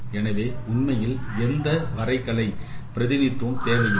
எனவே உண்மையில் எந்த வரைகலை பிரதிநிதித்துவம் தேவையில்லை